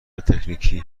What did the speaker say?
تکنیکی